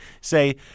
say